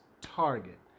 target